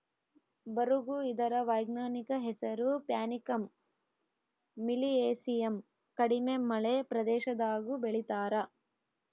ಬರುಗು ಇದರ ವೈಜ್ಞಾನಿಕ ಹೆಸರು ಪ್ಯಾನಿಕಮ್ ಮಿಲಿಯೇಸಿಯಮ್ ಕಡಿಮೆ ಮಳೆ ಪ್ರದೇಶದಾಗೂ ಬೆಳೀತಾರ